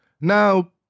now